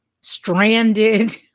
stranded